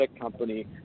company